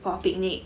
for a picnic